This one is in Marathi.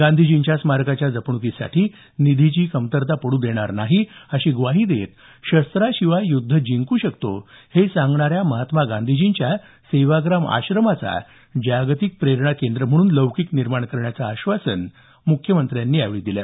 गांधीजींच्या स्मारकाच्या जपणुकीसाठी निधीची कमतरता पडू देणार नाही अशी ग्वाही देत शस्त्राशिवाय युद्ध जिंकू शकतो हे सांगणाऱ्या महात्मा गांधीजींच्या सेवाग्राम आश्रमाचा जागतिक प्रेरणा केंद्र म्हणून लौकीक निर्माण करण्याचं आश्वासन त्यांनी यावेळी बोलतांना दिलं